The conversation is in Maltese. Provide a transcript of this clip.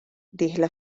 dieħla